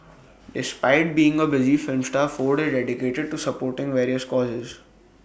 despite being A busy film star Ford is dedicated to supporting various causes